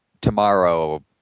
tomorrow